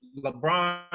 LeBron